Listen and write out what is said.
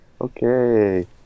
Okay